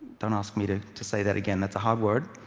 don't ask me to to say that again it's a hard word,